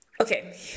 Okay